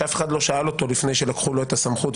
שאף אחד לא שאל אותו לפני שלקחו לו את הסמכות,